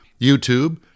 YouTube